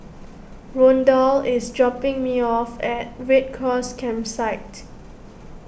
Rondal is dropping me off at Red Cross Campsite